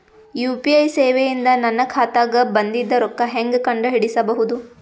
UPI ಸೇವೆ ಇಂದ ನನ್ನ ಖಾತಾಗ ಬಂದಿದ್ದ ರೊಕ್ಕ ಹೆಂಗ್ ಕಂಡ ಹಿಡಿಸಬಹುದು?